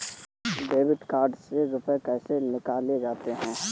Debit card से रुपये कैसे निकाले जाते हैं?